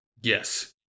Yes